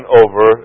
over